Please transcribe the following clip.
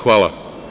Hvala.